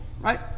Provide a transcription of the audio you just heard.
right